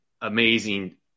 amazing